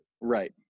Right